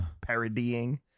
parodying